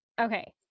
Okay